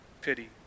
pity